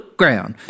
ground